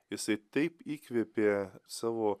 jisai taip įkvėpė savo